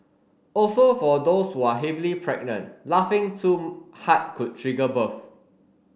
also for those who are heavily pregnant laughing too hard could trigger birth